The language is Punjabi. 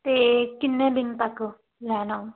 ਤੇ ਕਿੰਨੇ ਦਿਨ ਤੱਕ ਲੈਣ ਆਵਾ